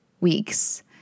weeks